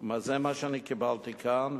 זה מה שאני קיבלתי כאן,